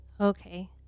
Okay